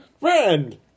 Friend